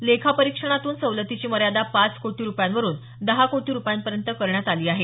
लेखा परीक्षणातून सवलतीची मर्यादा पाच कोटी रुपयांवरून दहा कोटी रुपयांपर्यंत करण्यात आली आहे